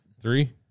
three